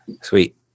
Sweet